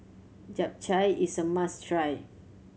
japchae is a must try